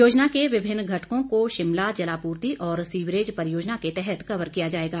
योजना के विभिन्न घटकों को शिमला जलापूर्ति और सीवरेज परियोजना के तहत कवर किया जाएगा